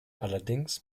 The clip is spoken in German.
allerdings